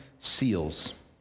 seals